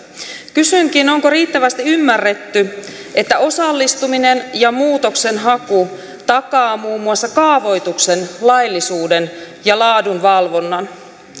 kysynkin onko riittävästi ymmärretty että osallistuminen ja muutoksenhaku takaa muun muassa kaavoituksen laillisuuden ja laadun valvonnan